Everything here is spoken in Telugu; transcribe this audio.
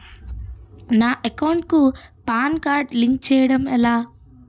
నా అకౌంట్ కు పాన్ కార్డ్ లింక్ చేయడం ఎలా?